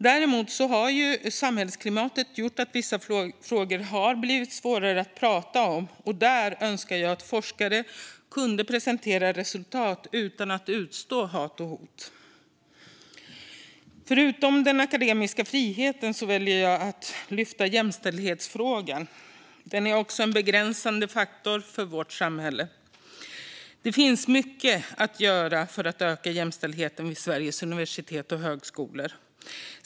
Däremot har samhällsklimatet gjort att vissa frågor har blivit svårare att prata om, och där önskar jag att forskare kunde presentera resultat utan att utstå hat och hot. Förutom den akademiska friheten väljer jag att lyfta jämställdhetsfrågan. Den är också en begränsande faktor för vårt samhälle. Det finns mycket att göra för att öka jämställdheten vid Sveriges universitet och högskolor.